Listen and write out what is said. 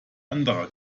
anderer